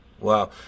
Wow